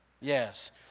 Yes